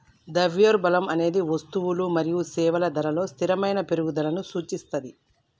ద్రవ్యోల్బణం అనేది వస్తువులు మరియు సేవల ధరలలో స్థిరమైన పెరుగుదలను సూచిస్తది